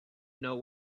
know